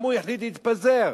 גם הוא יחליט להתפזר,